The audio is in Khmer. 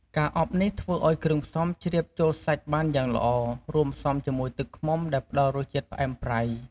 ការអប់នេះធ្វើឱ្យគ្រឿងផ្សំជ្រាបចូលសាច់បានយ៉ាងល្អ រួមផ្សំជាមួយទឹកឃ្មុំដែលផ្តល់រសជាតិផ្អែមប្រៃ ។